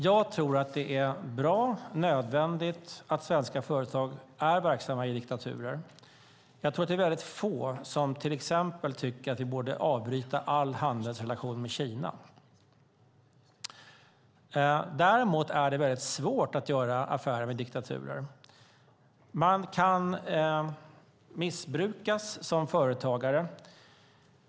Jag tror att det är bra och nödvändigt att svenska företag är verksamma i diktaturer och att det är väldigt få som till exempel tycker att vi borde avbryta alla handelsrelationer med Kina. Däremot är det väldigt svårt att göra affärer med diktaturer. Man kan missbrukas som företagare.